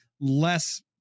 less